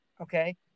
okay